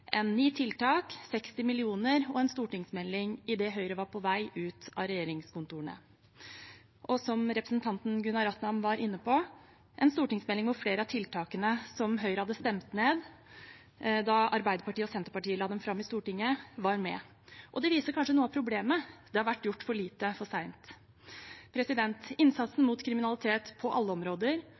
ni tiltak, 60 mill. kr og en stortingsmelding i det Høyre var på vei ut av regjeringskontoret – og som representanten Gunaratnam var inne på, en stortingsmelding hvor flere av tiltakene som Høyre hadde stemt ned da Arbeiderpartiet og Senterpartiet la dem fram i Stortinget, var med. Det viser kanskje noe av problemet – det har vært gjort for lite for sent. Innsatsen mot kriminalitet på alle områder,